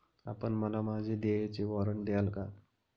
आपण मला माझे देयचे वॉरंट द्याल का?